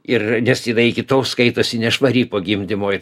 ir nes jinai iki tol skaitosi nešvari po gimdymo ir